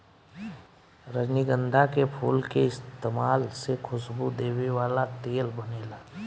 रजनीगंधा के फूल के इस्तमाल से खुशबू देवे वाला तेल बनेला